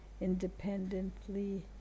independently